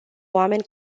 oameni